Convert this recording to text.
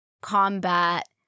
combat